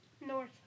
North